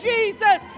Jesus